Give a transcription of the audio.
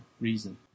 reason